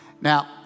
Now